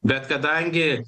bet kadangi